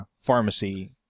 pharmacy